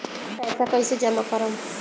पैसा कईसे जामा करम?